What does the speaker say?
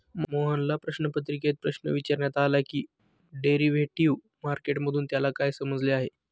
मोहनला प्रश्नपत्रिकेत प्रश्न विचारण्यात आला की डेरिव्हेटिव्ह मार्केट मधून त्याला काय समजले आहे?